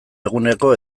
eguneko